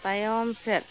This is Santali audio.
ᱛᱟᱭᱚᱢ ᱥᱮᱫ